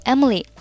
Emily